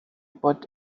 put